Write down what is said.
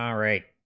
um rate